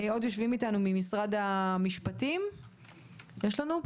עוד יושבים אתנו ממשרד המשפטים בזום.